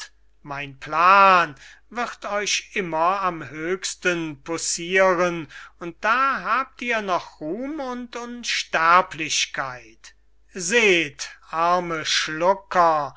mein plan wird euch immer am höchsten poussiren und da habt ihr noch ruhm und unsterblichkeit seht arme schlucker